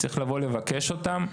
צריך לבקש אותן,